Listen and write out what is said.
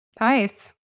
Nice